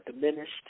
diminished